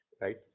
Right